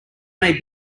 may